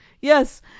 yes